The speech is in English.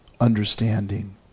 understanding